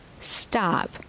stop